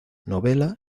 novela